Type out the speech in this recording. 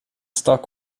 stock